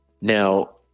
Now